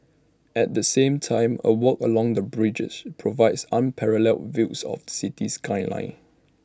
at the same time A walk along the bridges provides unparalleled views of city skyline